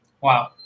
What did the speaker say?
wow